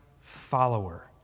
follower